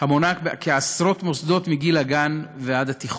המונה עשרות מוסדות, מגיל הגן ועד התיכון,